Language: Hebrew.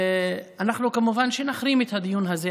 אנחנו כמובן שנחרים את הדיון הזה.